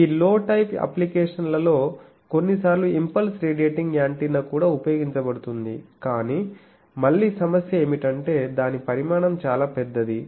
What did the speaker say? ఈ లో type application ల లో కొన్నిసార్లు ఇంపల్స్ రేడియేటింగ్ యాంటెన్నా కూడా ఉపయోగించబడుతుంది కానీ మళ్ళీ సమస్య ఏమిటంటే దాని పరిమాణం చాలా పెద్దది